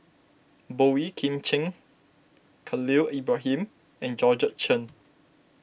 Boey Kim Cheng Khalil Ibrahim and Georgette Chen